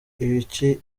ibiki